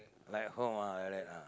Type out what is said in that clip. like home ah like that ah